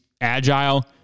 agile